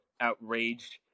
outraged